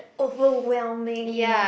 overwhelming in